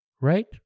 right